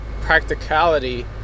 practicality